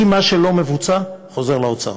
כי מה שלא מבוצע חוזר לאוצר.